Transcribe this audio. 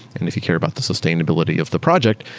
and if you care about the sustainability of the project,